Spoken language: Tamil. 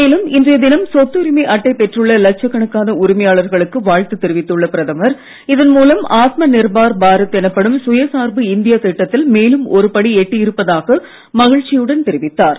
மேலும் இன்றைய தினம் சொத்து உரிமை அட்டை பெற்றுள்ள லட்சக்கணக்கான உரிமையாளர்களுக்கு வாழ்த்து தெரிவித்துள்ள பிரதமர் இதன் மூலம் ஆத்ம நிர்பார் பாரத் எனப்படும் சுய சார்பு இந்திய திட்டத்தில் மேலும் ஒருபடி எட்டி இருப்பதாக மகிழ்ச்சியுடன் தெரிவித்தார்